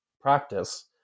practice